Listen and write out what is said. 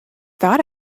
thought